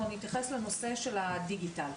אנחנו נתייחס לנושא של הדיגיטל.